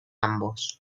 ambos